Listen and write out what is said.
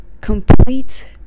complete